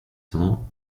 cents